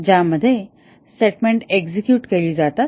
ज्यामध्ये statement execute केली जातात